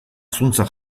zuntza